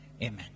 Amen